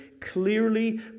clearly